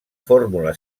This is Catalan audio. fórmula